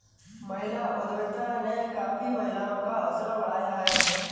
महिला उद्यमिता ने काफी महिलाओं का हौसला बढ़ाया है